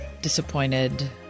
disappointed